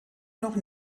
noch